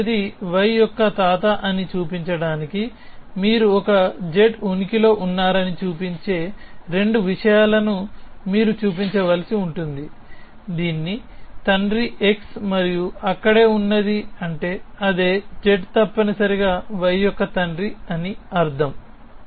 X అనేది y యొక్క తాత అని చూపించడానికి మీరు ఒక z ఉనికిలో ఉన్నారని చూపించే రెండు విషయాలను మీరు చూపించవలసి ఉంటుంది దీని తండ్రి x మరియు అక్కడ ఉన్నది అంటే అదే z తప్పనిసరిగా y యొక్క తండ్రి అని అర్థం